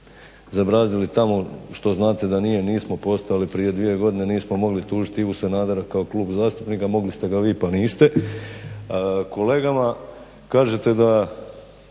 zabrazdili tamo što znate da nije, nismo postojali prije dvije godine nismo mogli tužiti Ivu Sanadera kao Klub zastupnika, mogli ste ga vi pa niste. Kolegama kažete da